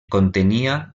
contenia